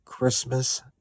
Christmas